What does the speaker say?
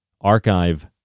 archive